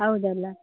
ಹೌದಲ್ಲ